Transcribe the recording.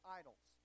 idols